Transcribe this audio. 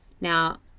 Now